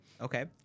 Okay